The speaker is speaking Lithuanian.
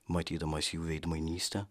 matydamas jų veidmainystę